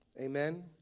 Amen